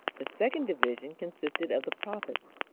the second division consisted of the prophets,